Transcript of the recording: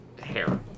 hair